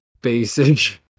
basic